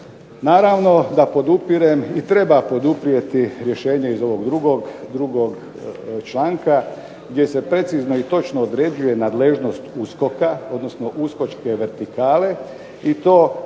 Naravno da podupirem i treba poduprijeti rješenje iz ovog drugog članka gdje se precizno i točno određuje nadležnost USKOK-a odnosno uskočke vertikale, i to kada